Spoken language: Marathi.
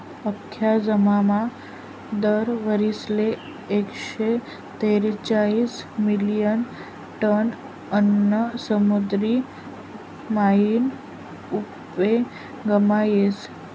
आख्खा जगमा दर वरीसले एकशे तेरेचायीस मिलियन टन आन्न समुद्र मायीन उपेगमा येस